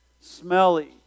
smelly